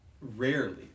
rarely